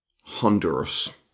Honduras